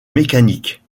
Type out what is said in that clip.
mécanique